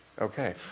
okay